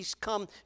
come